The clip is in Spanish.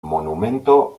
monumento